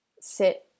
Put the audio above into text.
sit